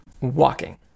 walking